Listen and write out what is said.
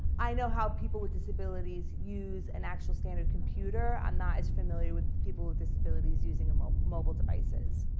i know how people with disabilities use an actual standard computer. i'm not as familiar with people with disabilities using mobile mobile devices.